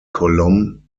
column